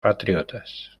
patriotas